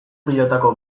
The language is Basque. pilotako